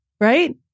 right